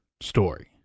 story